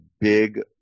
big